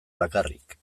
bakarrik